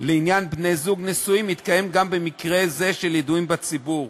לעניין בני-זוג נשואים מתקיימים גם במקרה זה של ידועים בציבור.